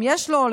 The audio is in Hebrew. אם יש לו,